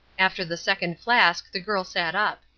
after the second flask the girl sat up.